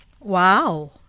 Wow